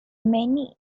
many